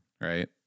right